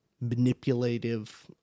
manipulative